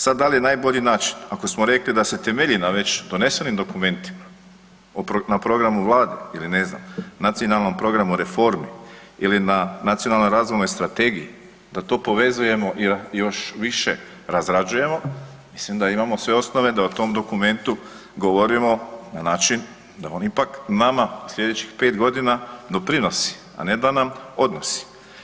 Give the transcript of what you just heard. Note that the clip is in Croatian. Sad da li je najbolji način ako smo rekli da se temelji na već donesenim dokumentima, na programu Vlade ili ne znam nacionalnom programu reformi ili na nacionalnoj razvojnoj strategiji da to povezujemo i još više razrađujemo mislim da imamo sve osnove da o tom dokumentu govorimo na način da on ipak nama slijedećih 5 godina doprinosi, a ne da nam odnosi.